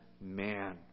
man